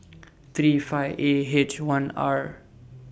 three five A H one R